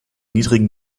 niedrigen